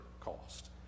cost